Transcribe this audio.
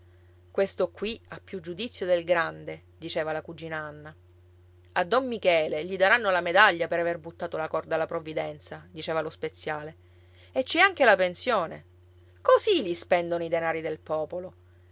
questo qui ha più giudizio del grande diceva la cugina anna a don michele gli daranno la medaglia per aver buttato la corda alla provvidenza diceva lo speziale e ci è anche la pensione così li spendono i denari del popolo